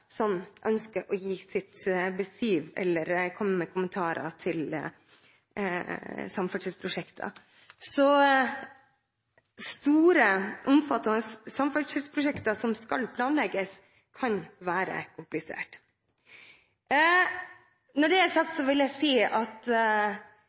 som ønsker å gi sitt besyv med eller komme med kommentarer til samferdselsprosjekter. Store, omfattende samferdselsprosjekter som skal planlegges, kan være kompliserte. Når det er sagt,